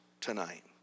tonight